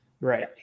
Right